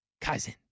cousin